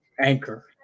anchor